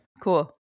cool